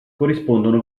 corrispondono